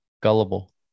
Gullible